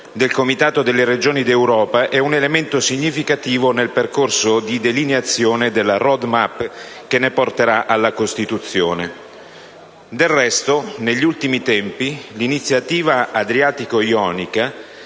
del Comitato delle Regioni d'Europa è un elemento significativo nel percorso di delineazione della *road* *map* che ne porterà alla costituzione. Del resto, negli ultimi tempi l'Iniziativa adriatico-ionica